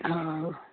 ହଁ ହଉ